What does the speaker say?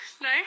No